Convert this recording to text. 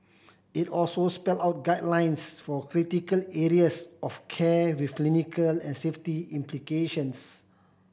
it also spelled out guidelines for critical areas of care with clinical and safety implications